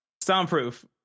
Soundproof